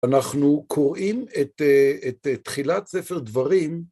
אנחנו קוראים את תחילת ספר דברים